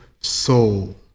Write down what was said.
soul